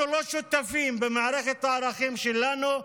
אנחנו לא שותפים, במערכת הערכים שלנו,